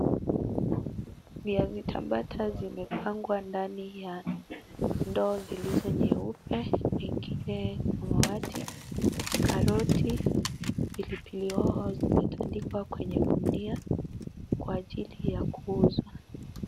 Viazi mbatata zimepangwa ndani ya ndoo zilizo nyeupe, ingine samawati. Karoti, pilipili hoho zimetandikwa kwenye gunia kwa ajili ya kuuzwa.